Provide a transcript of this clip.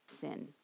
sin